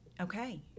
okay